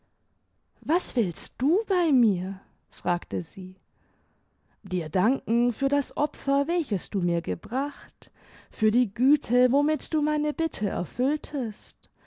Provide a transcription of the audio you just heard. was willst du bei mir fragte sie dir danken für das opfer welches du mir gebracht für die güte womit du meine bitte erfülltest